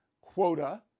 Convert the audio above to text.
quota